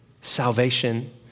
salvation